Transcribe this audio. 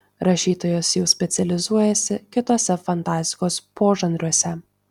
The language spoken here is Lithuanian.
rašytojas jau specializuojasi kituose fantastikos požanriuose